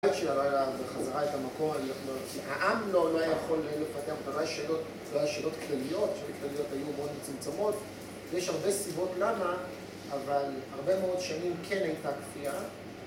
אני חושב שהרעילה בחזרה את המקום, אני יכול להגיד שהעם לא אולי יכול לפתר, ולא היה שאלות כלליות, שאלות כלליות היו מאוד מצומצמות, ויש הרבה סיבות למה, אבל הרבה מאוד שנים כן הייתה קפיאה.